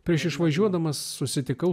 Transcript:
prieš išvažiuodamas susitikau